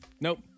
Nope